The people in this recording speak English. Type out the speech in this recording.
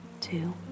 two